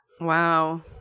Wow